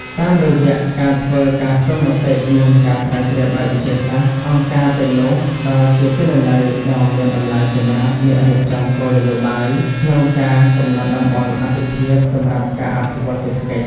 តាមរយៈការធ្វើការស្ទង់មតិ និងការស្រាវជ្រាវបែបវិទ្យាសាស្ត្រ អង្គការទាំងនោះផ្ដល់ជាទិន្នន័យដ៏មានតម្លៃសម្រាប់អ្នករៀបចំគោលនយោបាយ ក្នុងការកំណត់តំបន់អាទិភាពសម្រាប់ការអភិវឌ្ឍសេដ្ឋកិច្ច។